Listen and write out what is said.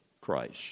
Christ